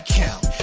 count